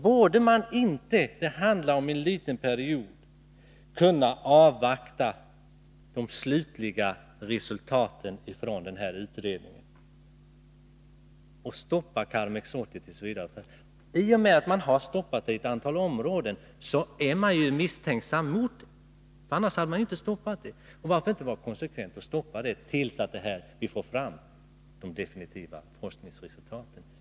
Borde man inte — det handlar ju om en kort period — kunna avvakta de slutliga resultaten från undersökningen och till dess stoppa all användning av Karmex 80? I och med att man har förbjudit medlet i ett antal områden är man misstänksam mot det. Varför kan man inte vara konsekvent och förbjuda det, tills vi får fram de definitiva forskningsresultaten?